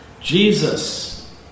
Jesus